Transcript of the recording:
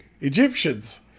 Egyptians